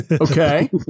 Okay